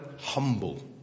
humble